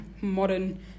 modern